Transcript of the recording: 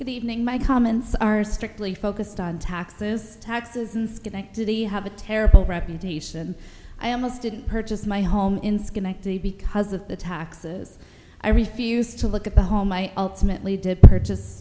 good evening my comments are strictly focused on taxes taxes in schenectady have a terrible reputation i almost didn't purchase my home in schenectady because of the taxes i refused to look at the home i ultimately did purchase